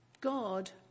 God